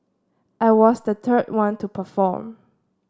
I was the third one to perform